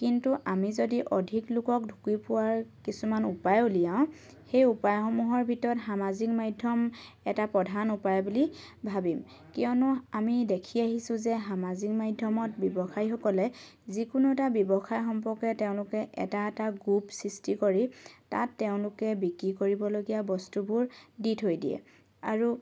কিন্তু আমি যদি অধিক লোকক ঢুকি পোৱাৰ কিছুমান উপায় উলিয়াও সেই উপায়সমূহৰ ভিতৰত সামাজিক মাধ্যম এটা প্ৰধান উপায় বুলি ভাবিম কিয়নো আমি দেখি আহিছো যে সামাজিক মাধ্যমত ব্যৱসায়িকসকলে যিকোনো এটা ব্যৱসায় সম্পৰ্কে তেওঁলোকে এটা এটা গুপ সৃষ্টি কৰি তাত তেওঁলোকে বিকী কৰিবলগীয়া বস্তুবোৰ দি থৈ দিয়ে আৰু